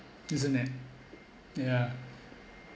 isn't it yeah